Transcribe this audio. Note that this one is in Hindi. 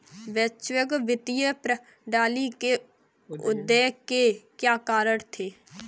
वैश्विक वित्तीय प्रणाली के उदय के क्या कारण थे?